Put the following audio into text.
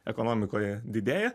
ekonomikoje didėja